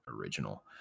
original